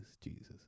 Jesus